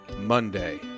Monday